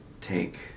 take